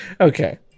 Okay